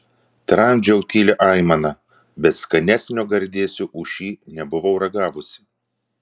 tramdžiau tylią aimaną bet skanesnio gardėsio už šį nebuvau ragavusi